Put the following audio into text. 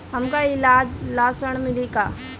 हमका ईलाज ला ऋण मिली का?